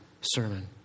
sermon